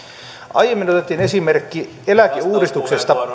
aiemmin otettiin esimerkki eläkeuudistuksesta